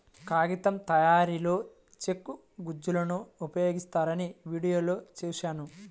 కాగితం తయారీలో చెక్క గుజ్జును ఉపయోగిస్తారని వీడియోలో చూశాను